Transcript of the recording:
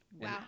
wow